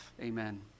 amen